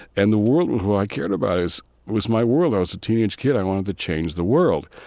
and the world was who i cared about is was my world. i was a teenage kid i wanted to change the world.